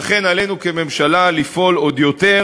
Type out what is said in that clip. לכן עלינו כממשלה לפעול עוד יותר,